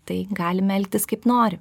tai galime elgtis kaip noriu